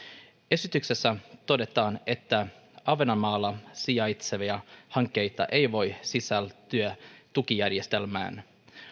esityksessä todetaan että ahvenanmaalla sijaitsevia hankkeita ei voi sisältyä tukijärjestelmään